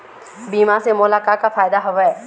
बीमा से मोला का का फायदा हवए?